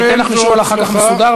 אני אתן לך לשאול אחר כך מסודר,